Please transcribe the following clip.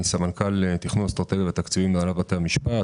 אני סמנכ"ל תכנון אסטרטגיה ותקציבים בהנהלת בתי המשפט.